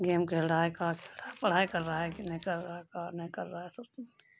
game کھیل رہا ہے کا کھیل رہا ہے پڑھائی کر رہا ہے کہ نہیں کر رہا ہے کا نہیں کر رہا ہے سب